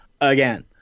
again